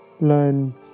learn